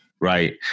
right